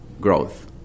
growth